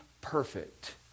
perfect